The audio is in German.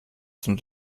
zum